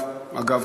אגב,